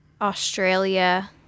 Australia